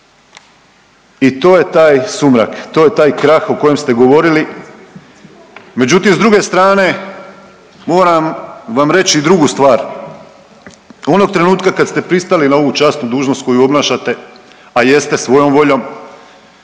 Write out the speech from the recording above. i to je taj sumrak, to je taj krah o kojem ste govorili. Međutim, s druge strane moram vam reći i drugu stvar. Onog trenutka kad ste pristali na ovu časnu dužnost koju obnašate a jeste svojom voljom